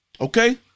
okay